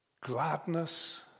gladness